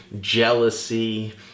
jealousy